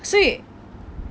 所以